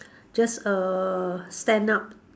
just a stand up